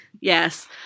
Yes